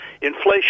Inflation